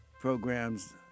Programs